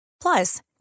Plus